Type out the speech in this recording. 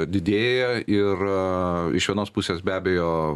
didėja ir iš vienos pusės be abejo